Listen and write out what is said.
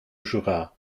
jura